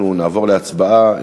אנחנו נעבור להצבעה.